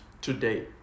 today